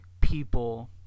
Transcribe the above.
people